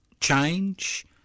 change